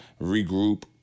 regroup